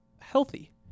healthy